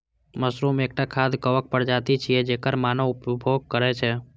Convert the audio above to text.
mushroom एकटा खाद्य कवक प्रजाति छियै, जेकर मानव उपभोग करै छै